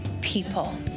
people